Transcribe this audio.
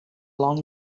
long